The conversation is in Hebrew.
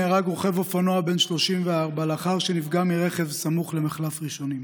נהרג רוכב אופנוע בן 34 לאחר שנפגע מרכב סמוך למחלף ראשונים.